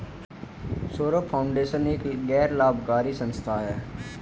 Saurabh foundation एक गैर लाभकारी संस्था है